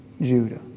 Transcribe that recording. Judah